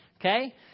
Okay